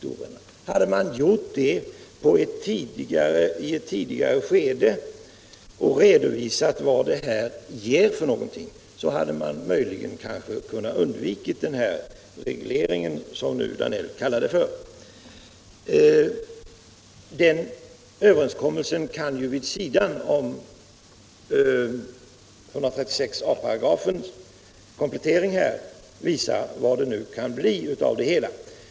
Om man gjort det i ett tidigare skede och redovisat vad detta ger, hade man möjligen kunnat undvika den här regleringen, som herr Danell nu kallar det för. Den överenskommelsen kan vid sidan av kompletteringen av 136 a § visa vad det kan bli av det hela.